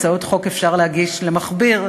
הצעות חוק אפשר להגיש למכביר,